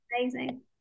amazing